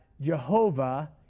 Jehovah